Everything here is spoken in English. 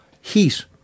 heat